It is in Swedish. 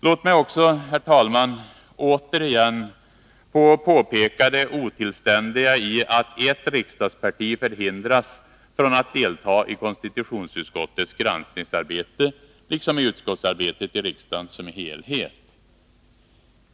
Låt mig också, herr talman, återigen påpeka det otillständiga i att ett riksdagsparti förhindras att delta i konstitutionsutskottets granskningsarbete, liksom i utskottsarbetet i riksdagen som helhet.